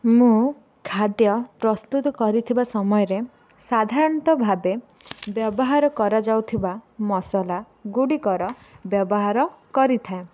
ମୁଁ ଖାଦ୍ୟ ପ୍ରସ୍ତୁତ କରିଥିବା ସମୟରେ ସାଧାରଣତଃ ଭାବେ ବ୍ୟବହାର କରାଯାଉଥିବା ମସଲାଗୁଡ଼ିକର ବ୍ୟବହାର କରିଥାଏ